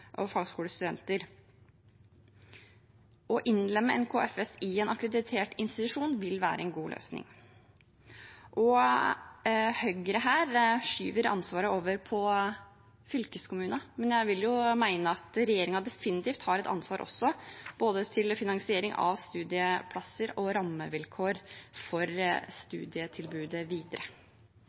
og fagskolestudenter. Å innlemme NKFS i en akkreditert institusjon vil være en god løsning. Høyre skyver her ansvaret over på fylkeskommunen, men jeg vil mene at regjeringen definitivt har et ansvar også for både finansiering av studieplasser og rammevilkår for studietilbudet videre.